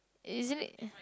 isn't it